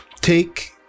take